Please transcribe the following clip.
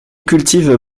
cultive